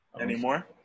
Anymore